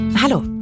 Hallo